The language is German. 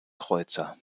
kreuzer